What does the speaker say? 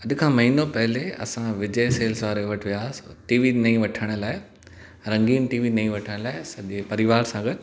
अॼु खां महिनो पहले असां विजय सेल्स वारे वटु वियासीं टीवी नईं वठण लाइ रंगीन टीवी नईं वठण लाइ सॼे परिवार सां गॾु